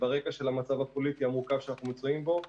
ברקע של המצב הפוליטי המורכב שאנחנו מצויים בו,